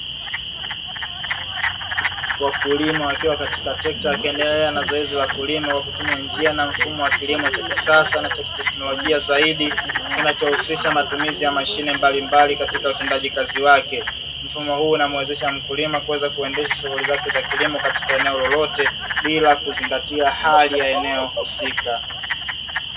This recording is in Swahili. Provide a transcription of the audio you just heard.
Wakulima wakiwa katika trekta wakiendelea na zoezi la kulima kwa kutumia njia za mfumo wa kilimo cha kisasa na cha kiteknolojia zaidi kinachohusisha matumizi ya mashine mbalimbali katika utendaji kazi wake. Mfumo huu unamuwezesha mkulima kuweza kuendesha shuguli zake za kilimo katika eneo lolote bila kuzingatia hali ya eneo husika.